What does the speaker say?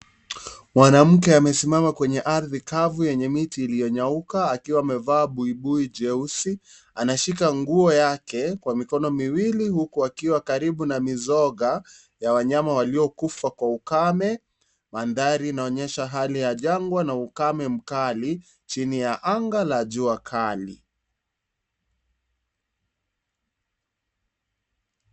Mwanamke amesimama kwenye ardhi kafu yenye miti iliyonyauka, akiwa amevaa buibui jeusi. Anashika nguo yake kwa mikono miwili huku akiwa karibu na mizoga ya wanyama waliokufa kwa ukame. Mandhari inaonyosha hali ya jangwa na ukame mkali, chini ya anga la jua kali.